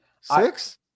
Six